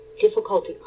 difficulty